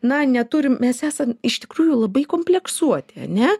na neturim mes esam iš tikrųjų labai kompleksuoti ane